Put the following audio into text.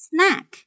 Snack